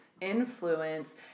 influence